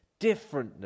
differentness